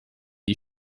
die